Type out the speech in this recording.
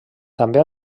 també